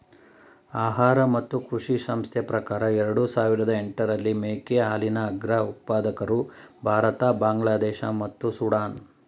ಆಹಾರ ಮತ್ತು ಕೃಷಿ ಸಂಸ್ಥೆ ಪ್ರಕಾರ ಎರಡು ಸಾವಿರದ ಎಂಟರಲ್ಲಿ ಮೇಕೆ ಹಾಲಿನ ಅಗ್ರ ಉತ್ಪಾದಕರು ಭಾರತ ಬಾಂಗ್ಲಾದೇಶ ಮತ್ತು ಸುಡಾನ್